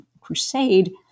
crusade